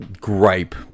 gripe